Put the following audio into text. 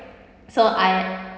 so I